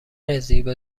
زیبا